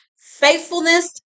faithfulness